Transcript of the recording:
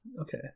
Okay